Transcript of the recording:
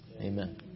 Amen